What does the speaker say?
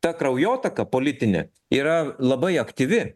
ta kraujotaka politinė yra labai aktyvi